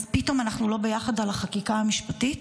אז פתאום אנחנו לא ביחד על החקיקה המשפטית?